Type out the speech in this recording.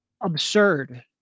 absurd